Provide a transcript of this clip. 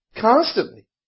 Constantly